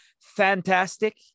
fantastic